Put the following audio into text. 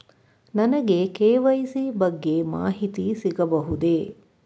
ನನಗೆ ಕೆ.ವೈ.ಸಿ ಬಗ್ಗೆ ಮಾಹಿತಿ ಸಿಗಬಹುದೇ?